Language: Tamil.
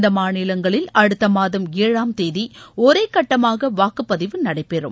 இந்த மாநிலங்களில் அடுத்த மாதம் ஏழாம் தேதி ஒரே கட்டமாக வாக்குப்பதிவு நடைபெறும்